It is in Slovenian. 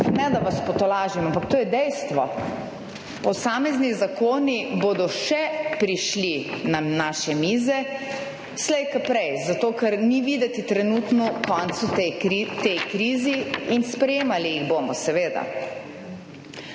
ne, da vas potolažim, ampak to je dejstvo, posamezni zakoni bodo še prišli na naše mize slej ko prej, zato ker ni videti trenutno koncu tej krizi in sprejemali jih bomo, seveda.